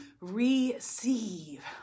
receive